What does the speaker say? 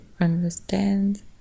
understand